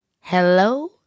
Hello